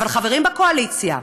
אבל חברים בקואליציה,